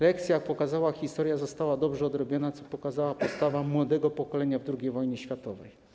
Lekcja, jak uczy historia, została dobrze odrobiona, co pokazała postawa młodego pokolenia w czasie II wojny światowej.